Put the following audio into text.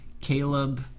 Caleb